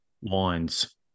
wines